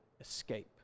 escape